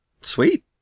Sweet